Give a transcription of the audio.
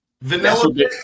Vanilla